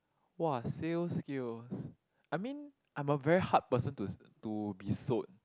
!wah! sales skill I mean I'm a very hard person to to be sold